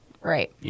Right